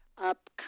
up